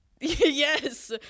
Yes